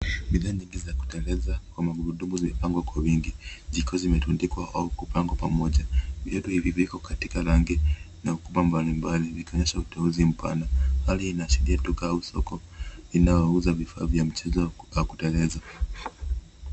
Bidhaa nyingi za kuteleza kwa magurudumu zimepangwa kwa wingi. Zikiwa zimetundikwa au kupangwa pamoja. Viatu hivi viko katika rangi na ukubwa mbalimbali, vikionyesha uteuzi mpana. Hali inaashiria duka au soko, inayouza vifaa vya mchezo wa kuteleza.